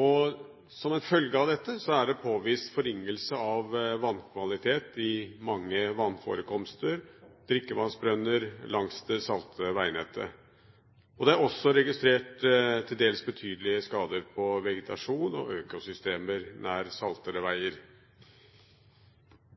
og som en følge av dette er det påvist forringelse av vannkvalitet i mange vannforekomster og drikkevannsbrønner langs det saltede veinettet. Det er også registrert til dels betydelige skader på vegetasjon og økosystemer nær saltede veier.